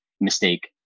mistake